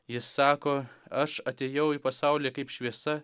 jis sako aš atėjau į pasaulį kaip šviesa